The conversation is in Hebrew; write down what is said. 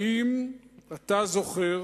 האם אתה זוכר